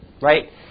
right